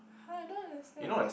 (huh) I don't understand